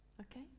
Okay